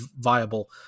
viable